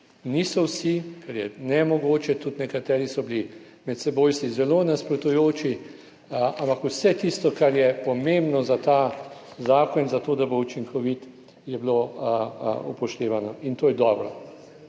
Niso vsi, ker je nemogoče, nekateri so si bili med seboj tudi zelo nasprotujoči, ampak vse tisto, kar je pomembno za ta zakon in za to, da bo učinkovit, je bilo upoštevano in to je dobro.